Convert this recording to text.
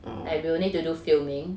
like we will need to do filming